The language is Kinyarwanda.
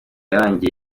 yarangiye